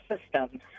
system